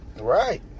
right